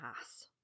ass